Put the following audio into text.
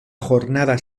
jornada